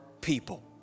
people